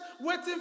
waiting